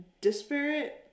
disparate